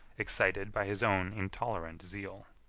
excited by his own intolerant zeal.